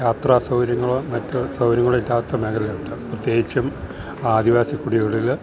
യാത്രാ സൗകര്യങ്ങളോ മറ്റ് സൗകര്യങ്ങളോ ഇല്ലാത്ത മേഘല ഉണ്ട് പ്രത്യേകിച്ചും ആദിവാസി കുടികളിൽ